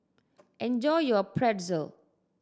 enjoy your Pretzel